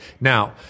Now